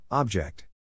Object